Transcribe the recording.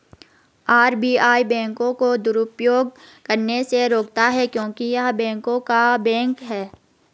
RBI बैंकों को दुरुपयोग करने से रोकता हैं क्योंकि य़ह बैंकों का बैंक हैं